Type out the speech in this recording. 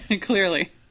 Clearly